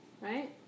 right